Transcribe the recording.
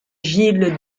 gilles